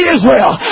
Israel